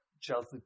Chelsea